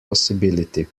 possibility